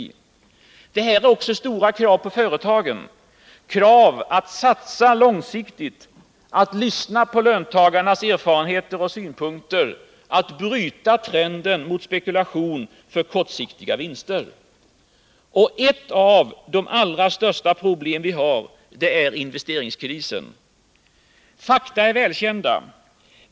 Det här ställer också stora krav på företagen, som måste satsa långsiktigt, lyssna på löntagarnas erfarenheter och synpunkter samt bryta trenden mot spekulation för kortsiktiga vinster. Ett av de allra största problem som vi har är investeringskrisen. Fakta är välkända.